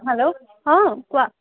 hello অ কোৱা